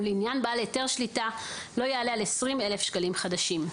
ולעניין בעל היתר שליטה לא יעלה על 20,000 שקלים חדשים.